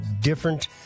different